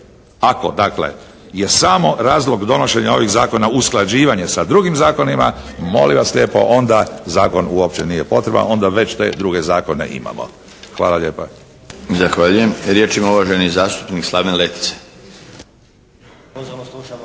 Ako dakle je samo razlog donošenja ovih zakona usklađivanje sa drugim zakonima molim vas lijepo onda zakon uopće nije potreban, onda već te druge zakone imamo. Hvala lijepa. **Milinović, Darko (HDZ)** Zahvaljujem. Riječ ima uvaženi zastupnik Slaven Letica.